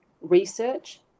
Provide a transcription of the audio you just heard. research